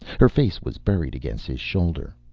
her face was buried against his shoulder.